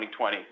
2020